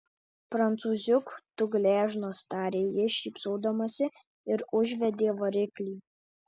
prancūziuk tu gležnas tarė ji šypsodamasi ir užvedė variklį